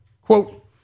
Quote